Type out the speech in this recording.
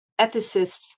ethicists